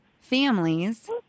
families –